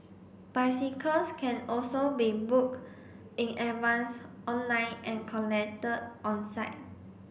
bicycles can also be booked in advance online and collected on site